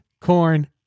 corn